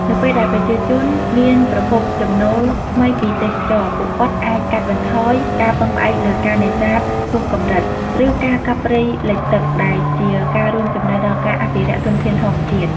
នៅពេលដែលប្រជាជនមានប្រភពចំណូលថ្មីពីទេសចរណ៍ ពួកគាត់អាចកាត់បន្ថយការពឹងផ្អែកលើការនេសាទហួសកម្រិត ឬការកាប់ព្រៃលិចទឹក ដែលជាការរួមចំណែកដល់ការអភិរក្សធនធានធម្មជាតិ។